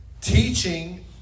Teaching